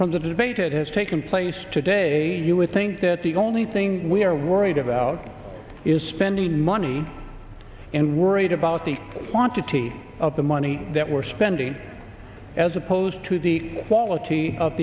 from the debate it has taken place today and you would think that the only thing we are worried about is spending money in worried about the quantity of the money that we're spending as opposed to the quality of